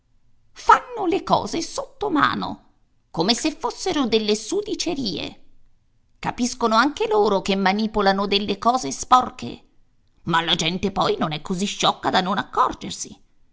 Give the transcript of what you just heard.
fanno le cose sottomano come se fossero delle sudicerie capiscono anche loro che manipolano delle cose sporche ma la gente poi non è così sciocca da non accorgersi